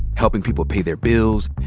helping people pay their bills,